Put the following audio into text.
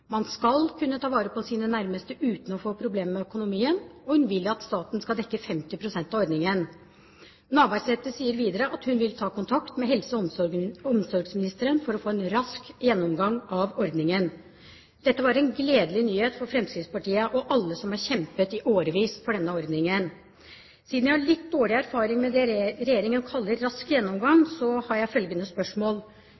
man skal kunne ta vare på sine nærmeste uten å få problemer med økonomien. Hun vil at staten skal dekke 50 pst. av ordningen. Navarsete sier videre at hun vil ta kontakt med helse- og omsorgsministeren for å få en rask gjennomgang av ordningen. Dette var en gledelig nyhet for Fremskrittspartiet og alle som har kjempet i årevis for denne ordningen. Siden jeg har litt dårlig erfaring med det regjeringen kaller «rask gjennomgang»,